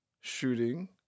shooting